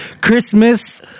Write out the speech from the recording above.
Christmas